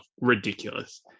ridiculous